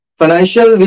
financial